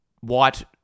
white